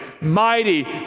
mighty